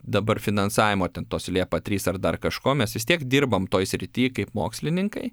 dabar finansavimo ten tos liepa trys ar dar kažko mes vis tiek dirbam toje srity kaip mokslininkai